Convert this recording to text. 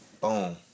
Boom